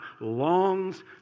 longs